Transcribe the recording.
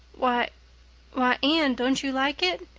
why why anne, don't you like it?